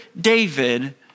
David